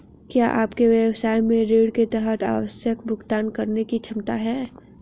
क्या आपके व्यवसाय में ऋण के तहत आवश्यक भुगतान करने की क्षमता है?